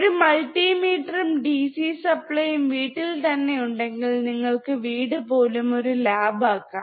ഒരു മൾട്ടി മീറ്ററും ഡിസി സപ്ലൈയും വീട്ടിൽ തന്നെ ഉണ്ടെങ്കിൽ നിങ്ങൾക്ക് വീട് പോലും ഒരു ലാബ് ആക്കാം